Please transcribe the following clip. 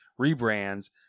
rebrands